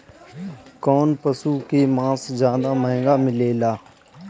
कौन पशु के मांस ज्यादा महंगा मिलेला?